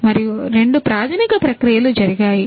మరియు రెండు ప్రాథమిక ప్రక్రియలు జరిగాయి